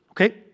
okay